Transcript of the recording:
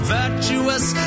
virtuous